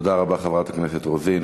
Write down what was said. תודה רבה, חברת הכנסת רוזין.